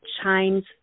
chimes